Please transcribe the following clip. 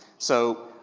so,